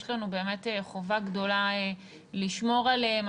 יש לנו באמת חובה גדולה לשמור עליהם,